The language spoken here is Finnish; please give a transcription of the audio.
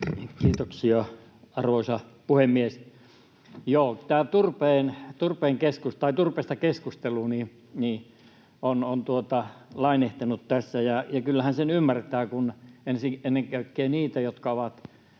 Kiitoksia, arvoisa puhemies! Joo, tämä turpeesta keskustelu on lainehtinut tässä. Ja kyllähän sen ymmärtää, ja ennen kaikkea niitä, jotka ovat